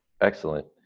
Excellent